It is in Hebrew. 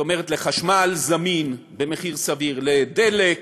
זאת אומרת לחשמל זמין במחיר סביר, לדלק,